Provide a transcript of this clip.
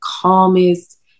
calmest